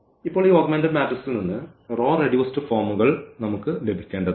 ഇപ്പോൾ ഈ ഓഗ്മെന്റഡ് മാട്രിക്സിൽ നിന്ന് ഈ റോ റെഡ്യൂസ്ഡ് ഫോമുകൾ നമുക്ക് ലഭിക്കേണ്ടതുണ്ട്